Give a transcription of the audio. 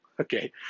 Okay